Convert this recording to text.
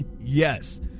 yes